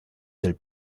del